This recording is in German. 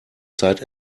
zeit